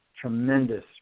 tremendous